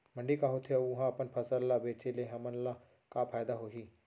मंडी का होथे अऊ उहा अपन फसल ला बेचे ले हमन ला का फायदा होही?